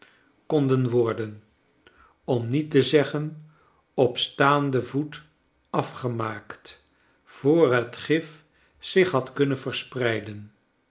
konden worden om niet te zeggen op staanden voet afgemaakt voor het gif zich had kunnen verspreiden